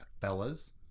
fellas